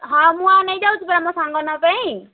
ହଁ ମୁଁ ଆଉ ନେଇଯାଉଛି ପରା ମୋ ସାଙ୍ଗ ମାନଙ୍କ ପାଇଁ